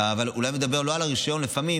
אבל אולי אתה מדבר לא על הרישיון לפעמים,